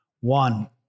One